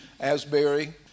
Asbury